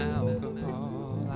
alcohol